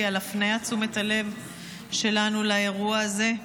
על הפניית תשומת הלב שלנו לאירוע הזה.